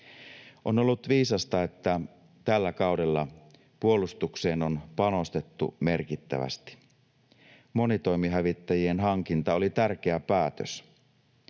On ollut viisasta, että tällä kaudella puolustukseen on panostettu merkittävästi. Monitoimihävittäjien hankinta oli tärkeä päätös.